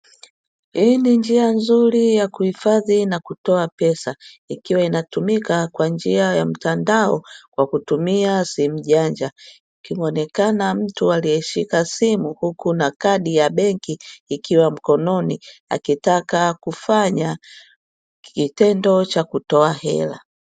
Hii ni njia nzuri ya kuhifadhia na kutoa pesa ikiwa inatumika kwa njia ya mtandao kwa kutumia simu janja, akionekana mtu ameshika simu huku na kadi ya benki ikiwa mkononi akitaka kufanya kitendo cha kutoa hela.